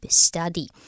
study